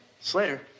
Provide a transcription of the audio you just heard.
Slater